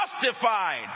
justified